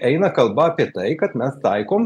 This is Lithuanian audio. eina kalba apie tai kad mes taikom